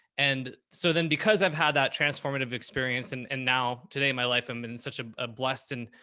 and so then, because i've had that transformative experience and and now today, my life i'm in such a ah blessed and,